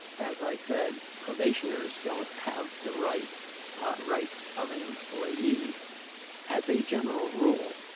as i said, probationers don't have the right rights of an employee as a general rule.